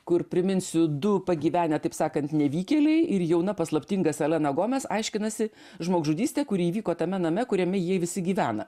kur priminsiu du pagyvenę taip sakant nevykėliai ir jauna paslaptinga selena gomes aiškinasi žmogžudystė kuri įvyko tame name kuriame jie visi gyvena